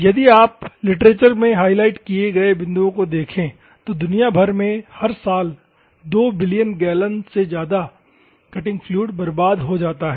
यदि आप लिटरेचर में हाइलाइट किए गए बिंदुओं को देखें तो दुनिया भर में हर साल 2 बिलियन गैलन से अधिक कटिंग फ्लूइड बर्बाद हो जाता है